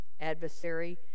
adversary